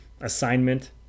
assignment